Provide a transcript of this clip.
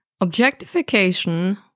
Objectification